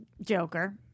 Joker